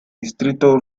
distrito